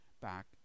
back